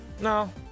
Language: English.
No